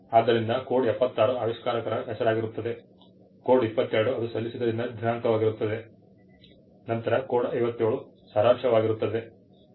ಆದ್ದರಿಂದ ಕೋಡ್ 76 ಆವಿಷ್ಕಾರಕರ ಹೆಸರಿಗಾಗಿರುತ್ತದೆ ಕೋಡ್ 22 ಅದು ಸಲ್ಲಿಸಿದ ದಿನಾಂಕವಾಗಿರುತ್ತದೆ ನಂತರ ಕೋಡ್ 57 ಸಾರಾಂಶವಾಗಿರುತ್ತದೆ